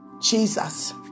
Jesus